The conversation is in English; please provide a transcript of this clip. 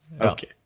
okay